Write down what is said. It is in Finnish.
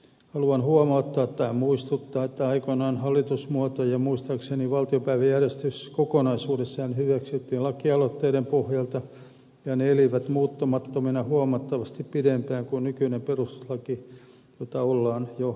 haluan huomauttaa tai muistuttaa että aikoinaan hallitusmuoto ja muistaakseni valtiopäiväjärjestys kokonaisuudessaan hyväksyttiin lakialoitteiden pohjalta ja ne elivät muuttumattomina huomattavasti pidempään kuin nykyinen perustuslaki jota ollaan jo muuttamassa